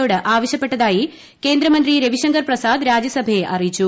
യോട് ആവശ്യപ്പെട്ടതായി കേന്ദ്രമന്ത്രി രവിശങ്കർ പ്രസാദ് രാജ്യസഭയെ അറിയിച്ചു